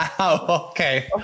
Okay